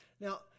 Now